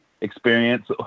experience